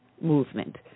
movement